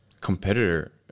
competitor